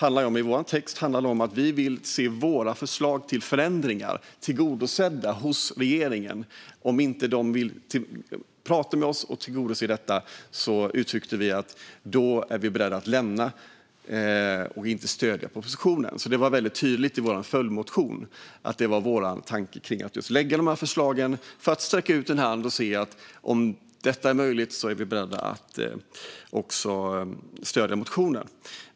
I vår text handlar det om att vi vill se önskemålen i våra förslag till förändringar tillgodosedda av regeringen. Vi uttryckte att vi var beredda att avstå från att stödja propositionen om regeringen inte ville prata med oss och tillgodose dessa. Det var väldigt tydligt i vår följdmotion att vår tanke var att lägga fram de här förslagen för att sträcka ut en hand och se om detta var möjligt. I så fall var vi också beredda att stödja motionen.